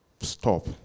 stop